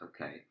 okay